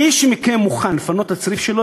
מי מכם שמוכן לפנות את הצריף שלו,